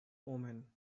omen